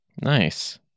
Nice